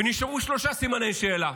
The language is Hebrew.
ונשארו שלושה סימני שאלה: